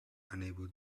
unable